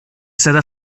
stata